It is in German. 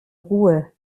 ruhe